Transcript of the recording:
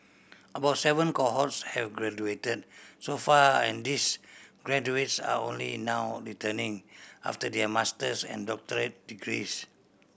about seven cohorts have graduated so far and these graduates are only now returning after their master's and doctorate degrees